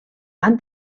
van